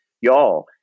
y'all